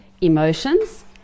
emotions